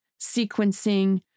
sequencing